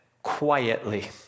Quietly